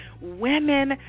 women